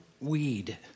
weed